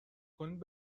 کنید